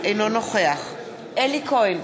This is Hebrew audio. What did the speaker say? אינו נוכח אלי כהן,